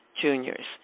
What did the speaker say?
Junior's